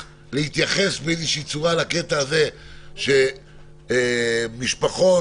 להתייחס באיזושהי צורה לקטע הזה שאפשר יהיה להכריח משפחות,